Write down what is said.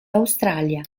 australia